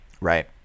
Right